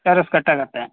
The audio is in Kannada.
ಟರಿಫ್ ಕಟ್ಟಾಗುತ್ತೆ